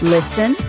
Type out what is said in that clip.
Listen